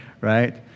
right